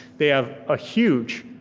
they have a huge